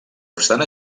obstant